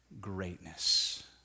greatness